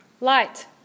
light